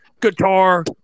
guitar